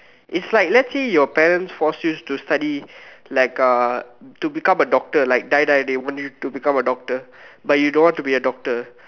it's like let's say your parents force you to study like uh to become a doctor like die die they want you to become a doctor but you don't want to be a doctor